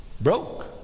Broke